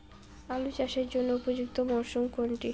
আলু চাষের জন্য উপযুক্ত মরশুম কোনটি?